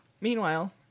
meanwhile